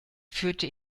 führte